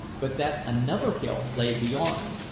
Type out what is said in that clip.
but that another hill lay beyond,